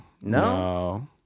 No